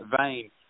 vein